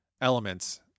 elements